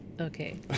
Okay